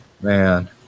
Man